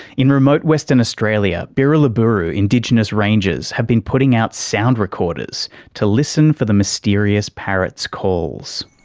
in remote western australia, birriliburu indigenous rangers have been putting out sound recorders to listen for the mysterious parrot's calls.